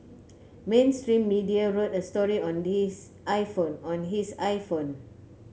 mainstream media wrote a story on this iPhone on his iPhone